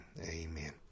Amen